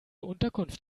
unterkunft